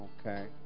Okay